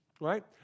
right